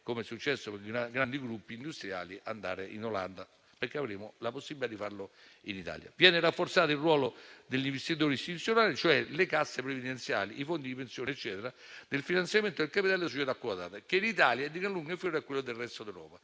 com'è successo per grandi gruppi industriali, perché avremo la possibilità di farlo in Italia. Viene rafforzato il ruolo dell'investitore istituzionale (cioè le casse previdenziali e i fondi di pensione) nel finanziamento del capitale delle società quotate, che in Italia è di gran lunga inferiore a quello del resto d'Europa.